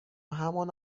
همان